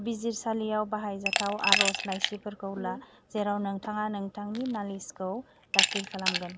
बिजिरसालियाव बाहायजाथाव आरज लायसिफोरखौ ला जेराव नोंथाङा नोंथांनि नालिसखौ दाखिल खालामगोन